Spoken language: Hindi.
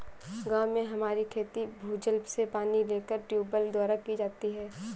गांव में हमारी खेती भूजल से पानी लेकर ट्यूबवेल द्वारा की जाती है